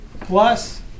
plus